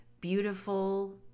beautiful